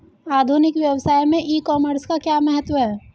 आधुनिक व्यवसाय में ई कॉमर्स का क्या महत्व है?